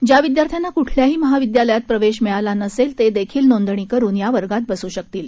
ज्या विद्यार्थ्यांना कुठल्याही महाविद्यालयात प्रवेश मिळाला नसेल ते देखील नोंदणी करून या वर्गात बसू शकतील